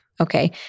Okay